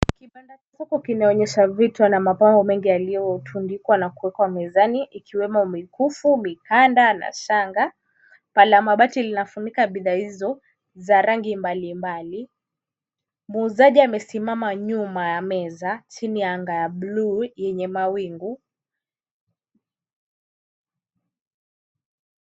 Kibandacha soko kinaonyesha vichwa na mapambo mengi yaliyotundikwa na kuwekwa mezani, ikiwemo mikufu, mikanda na shanga. Paa la mabati linafunika bidhaa hizo za rangi mbali mbali. Muuzaji amesimama nyuma ya meza chini ya anga ya buluu yenye mawingu.